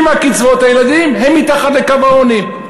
עם קצבאות הילדים הם מתחת לקו העוני.